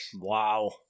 Wow